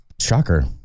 shocker